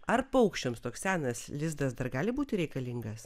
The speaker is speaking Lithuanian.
ar paukščiams toks senas lizdas dar gali būti reikalingas